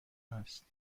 است